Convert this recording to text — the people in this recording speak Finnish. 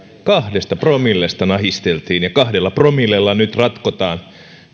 kahdesta promillesta nahisteltiin ja kahdella promillella nyt ratkotaan